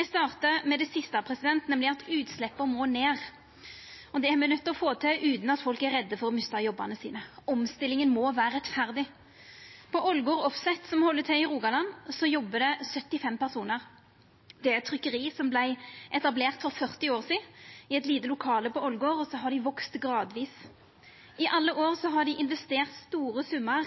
Eg startar med det siste, nemleg at utsleppa må ned, og det er me nøydde til å få til utan at folk er redde for å mista jobbane sine. Omstillinga må vera rettferdig. På Ålgård Offset, som held til i Rogaland, jobbar det 75 personar. Det er eit trykkeri som vart etablert for 40 år sidan i eit lite lokale på Ålgård, og så har dei vakse gradvis. I alle år har dei investert store summar